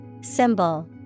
Symbol